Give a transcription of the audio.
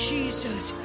Jesus